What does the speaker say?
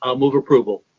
um move approval.